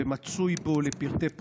ומצוי בו לפרטי פרטים.